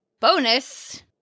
bonus